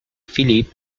philip